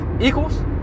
equals